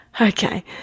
Okay